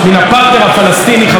של הגברת לבני,